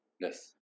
Yes